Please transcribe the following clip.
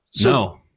No